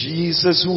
Jesus